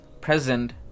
present